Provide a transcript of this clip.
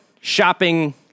shopping